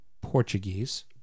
Portuguese